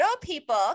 people